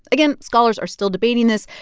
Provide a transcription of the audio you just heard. again, scholars are still debating this,